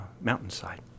mountainside